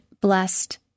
blessed